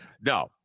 No